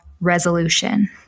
resolution